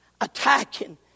attacking